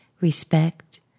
Respect